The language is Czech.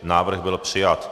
Návrh byl přijat.